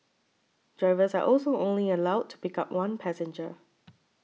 drivers are also only allowed to pick up one passenger